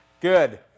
Good